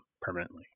permanently